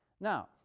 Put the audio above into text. Now